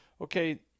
Okay